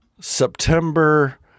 September